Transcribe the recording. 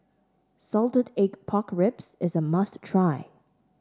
Salted Egg Pork Ribs is a must try